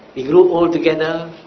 we grow old together.